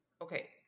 Okay